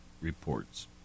reports